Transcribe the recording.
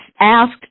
asked